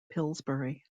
pillsbury